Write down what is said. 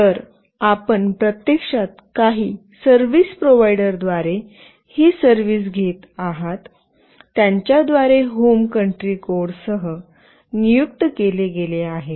तर आपण प्रत्यक्षात काही सर्व्हिस प्रोवाइडरद्वारे ही सर्व्हिस घेत आहात त्यांच्याद्वारे होम कंट्री कोडसह नियुक्त केले गेले आहे